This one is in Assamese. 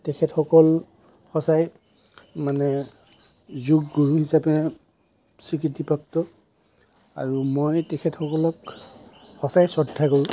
তেখেতসকল সঁচাই মানে যোগগুৰু হিচাপে স্বীকৃতিপ্ৰাপ্ত আৰু মই তেখেতসকলক সঁচাই শ্ৰদ্ধা কৰোঁ